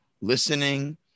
listening